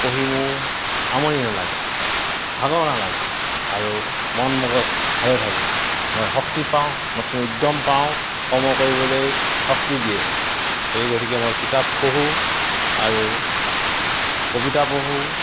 পঢ়ি মোৰ আমনি নালাগে ভাগৰ নালাগে আৰু মন মগজ ভালে থাকে মই শক্তি পাওঁ নতুন উদ্যম পাওঁ কৰ্ম কৰিবলৈ শক্তি দিয়ে এই গতিকে মই কিতাপ পঢ়োঁ আৰু কবিতা পঢ়োঁ